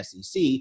SEC